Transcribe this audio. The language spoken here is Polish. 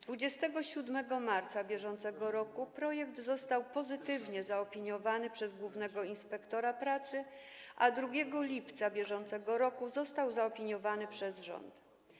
27 marca br. projekt został pozytywnie zaopiniowany przez głównego inspektora pracy, a 2 lipca br. został zaopiniowany przez rząd.